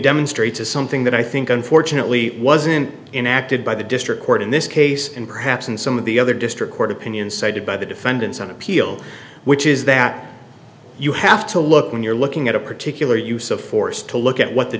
demonstrates is something that i think unfortunately wasn't in acted by the district court in this case and perhaps in some of the other district court opinion cited by the defendants on appeal which is that you have to look when you're looking at a particular use of force to look at what the